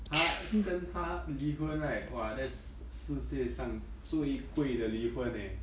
他跟他离婚 right !wah! that's 世界上最贵的离婚 leh